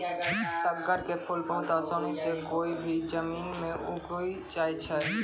तग्गड़ के फूल बहुत आसानी सॅ कोय भी जमीन मॅ उगी जाय छै